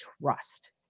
trust